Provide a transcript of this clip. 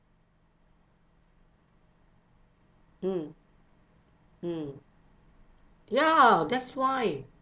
mm mm ya that's why